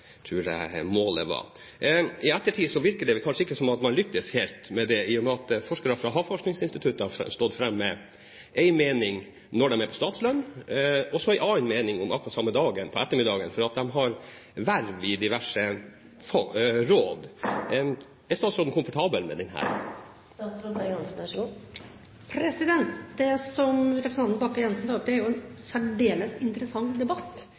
jeg målet var. I ettertid virker det vel kanskje ikke som man lyktes helt med det, i og med at forskere fra Havforskningsinstituttet har stått fram med en mening når de er på statslønn, og så en annen mening akkurat samme dag, på ettermiddagen, fordi de har verv i diverse råd. Er statsråden komfortabel med dette? Det som representanten Bakke-Jensen tar opp, er jo en særdeles interessant debatt,